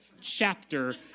chapter